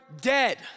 dead